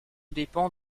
dépend